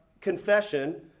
Confession